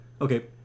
Okay